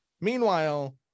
Meanwhile